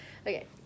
Okay